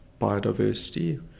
biodiversity